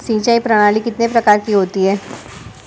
सिंचाई प्रणाली कितने प्रकार की होती है?